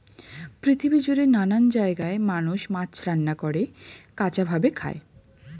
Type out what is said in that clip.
পৃথিবী জুড়ে নানান জায়গায় মানুষ মাছ রান্না করে, কাঁচা ভাবে খায়